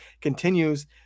continues